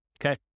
okay